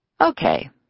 Okay